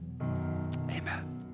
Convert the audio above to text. amen